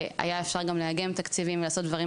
והיה אפשר לאגם תקציבים ולעשות דברים